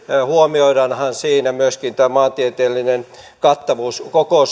huomioidaanhan siinä myöskin tämä maantieteellinen kattavuus koko